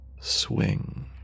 swing